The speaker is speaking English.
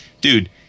Dude